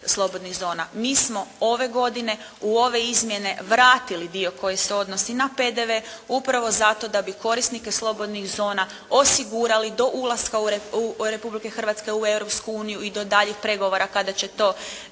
slobodnih zona. Mi smo ove godine u ove izmjene vratili dio koji se odnosi na PDV upravo zato da bi korisnike slobodnih zona osigurali do ulaska Republike Hrvatske u Europsku uniju i do daljnjih pregovora kada će to